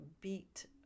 beat